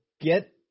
get